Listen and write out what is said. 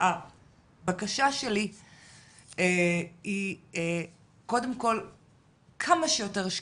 הבקשה שלי היא קודם כל כמה שיותר שקיפות.